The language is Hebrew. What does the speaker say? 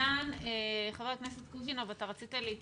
כבר לא גבוהה, אנחנו נצחנו